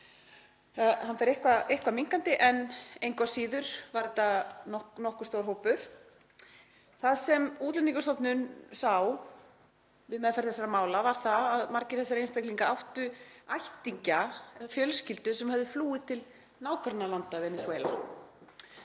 Hann fer eitthvað minnkandi en engu að síður var þetta nokkuð stór hópur. Það sem Útlendingastofnun sá við meðferð þessara mála var að margir þessara einstaklinga áttu ættingja og fjölskyldur sem höfðu flúið til nágrannalanda Venesúela